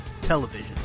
television